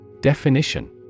Definition